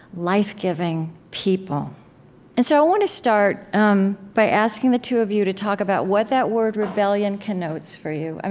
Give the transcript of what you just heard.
life-giving people and so i want to start um by asking the two of you to talk about what that word rebellion connotes for you,